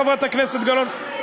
חברת הכנסת גלאון,